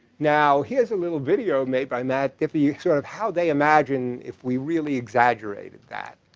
now here's a little video made by matt diffee, sort of how they imagine if we really exaggerated that.